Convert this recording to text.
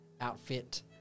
outfit